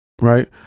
right